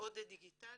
ומאוד דיגיטליים,